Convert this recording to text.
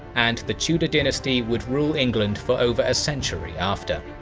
and the tudor dynasty would rule england for over a century after.